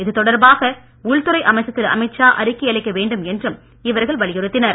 இது தொடர்பாக உள்துறை அமைச்சர் திரு அமித்ஷா அறிக்கை அளிக்க வேண்டும் என்றும் இவர்கள் வலியுறுத்தினர்